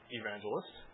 evangelist